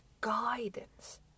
guidance